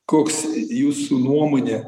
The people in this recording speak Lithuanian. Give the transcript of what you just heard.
koks jūsų nuomonė